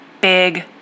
big